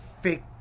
fake